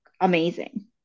amazing